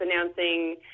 announcing